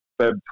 Feb